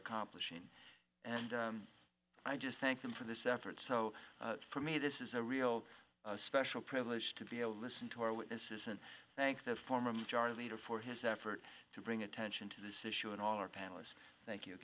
accomplishing and i just say i'm for this effort so for me this is a real special privilege to be able to listen to our witnesses and thank the former majority leader for his effort to bring attention to this issue and all our panelists thank you